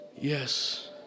Yes